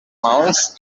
maons